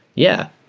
yeah.